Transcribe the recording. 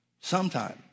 Sometime